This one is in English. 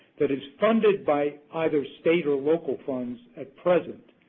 that is funded by either state or local funds at present,